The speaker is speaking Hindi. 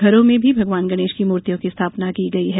घरों में भी भगवान गणेश की मुर्तियों की स्थापना की गई है